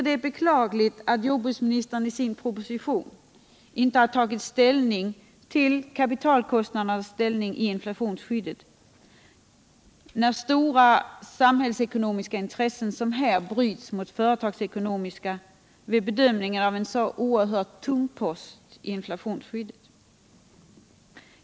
Det är beklagligt att jordbruksministern i sin proposition inte uttalat sig om kapitalkostnadernas ställning i inflationsskyddet, när stora samhällsekonomiska intressen såsom här bryts mot företagsekonomiska vid bedömningen av en så oerhört tung post i inflationsskyddet.